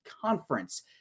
conference